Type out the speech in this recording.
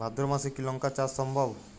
ভাদ্র মাসে কি লঙ্কা চাষ সম্ভব?